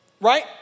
right